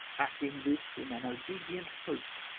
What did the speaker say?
acting this in an obedient hope,